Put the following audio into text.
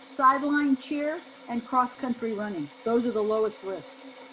sideline cheer and cross country running. those are the lowest risks.